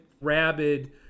rabid